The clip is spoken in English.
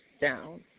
down